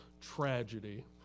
tragedy